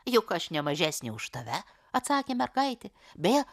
juk aš ne mažesnė už tave atsakė mergaitė beje